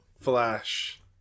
Flash